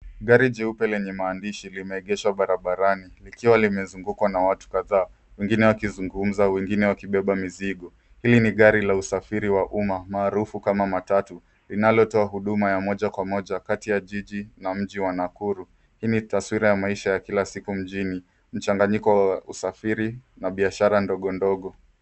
Gari jeupe lenye maandishi limeegeshwa barabarani likiwa limezungukwa na watu kadhaa, wengine wakizungumza, wengine wakibeba mizigo. Hii ni gari la usafiri wa umma maarufu kama matatu linalotoa huduma ya moja kwa moja kati ya jiji na mji wa Nakuru. Hii ni taswira ya maisha ya kila siku mjini, mchanganyiko wa usafiri na biashara ndogo ndogo.